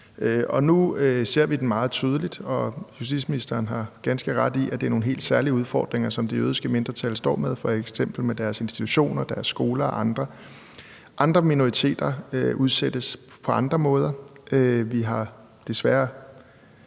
Nu ser vi den meget tydeligt, og justitsministeren har ganske ret i, at det er nogle helt særlige udfordringer, som det jødiske mindretal står med, f.eks. med deres institutioner og deres skoler. Andre minoriteter udsættes på andre måder. Vi har desværre,